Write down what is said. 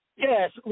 Yes